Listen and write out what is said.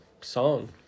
song